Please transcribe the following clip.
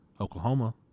Oklahoma